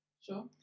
Sure